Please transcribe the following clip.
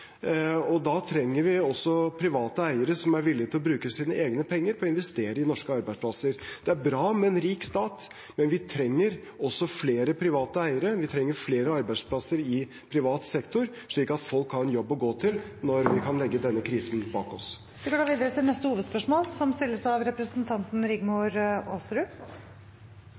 Da trenger vi også private eiere som er villige til å bruke sine egne penger på å investere i norske arbeidsplasser. Det er bra med en rik stat, men vi trenger også flere private eiere. Vi trenger flere arbeidsplasser i privat sektor, slik at folk har en jobb å gå til når vi kan legge denne krisen bak oss. Vi går videre til neste hovedspørsmål.